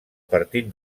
partit